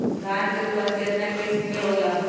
धान के उपज केतना किस्म के होला?